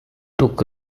took